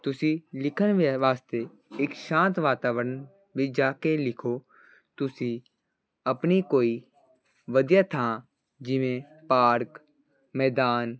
ਤੁਸੀਂ ਲਿਖਣ ਵ ਵਾਸਤੇ ਇੱਕ ਸ਼ਾਂਤ ਵਾਤਾਵਰਣ ਵਿੱਚ ਜਾ ਕੇ ਲਿਖੋ ਤੁਸੀਂ ਆਪਣੀ ਕੋਈ ਵਧੀਆ ਥਾਂ ਜਿਵੇਂ ਪਾਰਕ ਮੈਦਾਨ